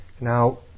Now